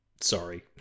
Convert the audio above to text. Sorry